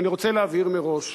אני רוצה להבהיר מראש